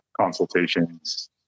consultations